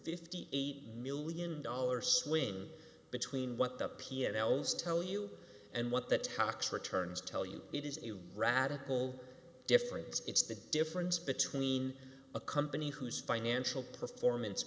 fifty eight million dollars swing between what the p n l's tell you and what the tox returns tell you it is a radical difference it's the difference between a company whose financial performance